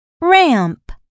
Ramp